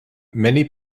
many